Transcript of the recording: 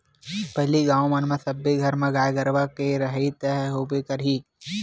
पहिली गाँव मन म सब्बे घर म गाय गरुवा के रहइ ह तो होबे करही